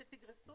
שתגרסו?